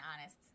honest